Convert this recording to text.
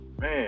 man